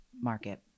market